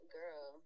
Girl